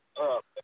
up